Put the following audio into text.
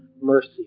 mercy